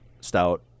stout